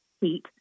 heat